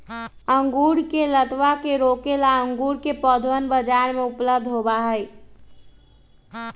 अंगूर के लतावा के रोके ला अंगूर के पौधवन बाजार में उपलब्ध होबा हई